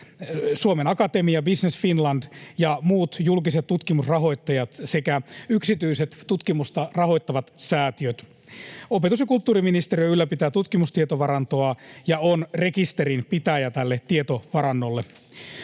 Suomen Akatemia, Business Finland ja muut julkiset tutkimusrahoittajat sekä yksityiset tutkimusta rahoittavat säätiöt. Opetus- ja kulttuuriministeriö ylläpitää tutkimustietovarantoa ja on rekisterinpitäjä tälle tietovarannolle.